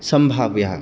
सम्भाव्यः